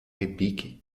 répliques